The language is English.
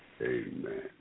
Amen